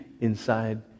inside